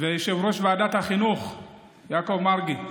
ויושב-ראש ועדת החינוך יעקב מרגי,